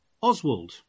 Oswald